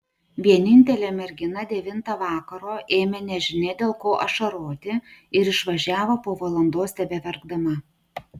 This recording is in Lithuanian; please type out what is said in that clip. vienintelė mergina devintą vakaro ėmė nežinia dėl ko ašaroti ir išvažiavo po valandos tebeverkdama